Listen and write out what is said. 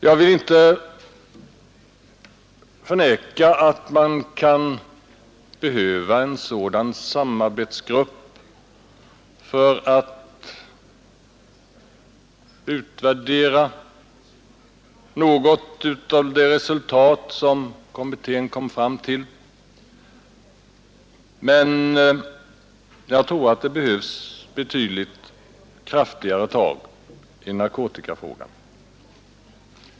Jag vill inte förneka att man kan behöva en sådan samarbetsgrupp för att utvärdera något av det resultat som kommittén kom fram till, men jag tror att det krävs betydligt kraftigare tag i narkotikafrågan.